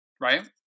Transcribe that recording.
right